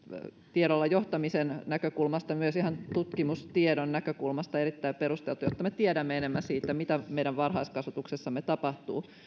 tiedolla johtamisen näkökulmasta myös ihan tutkimustiedon näkökulmasta erittäin perusteltua jotta me tiedämme enemmän siitä mitä meidän varhaiskasvatuksessamme tapahtuu